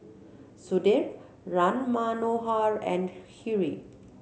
Sudhir Ram Manohar and Hri